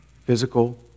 physical